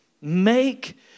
Make